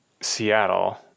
Seattle